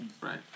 Right